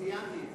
ציינתי את זה.